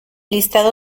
listado